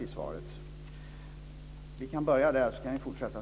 Jag skulle vilja ha detta klarlagt.